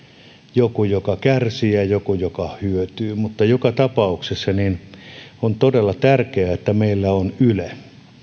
joku joka kärsii ja ja joku joka hyötyy mutta joka tapauksessa on todella tärkeää että meillä on yle